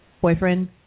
boyfriend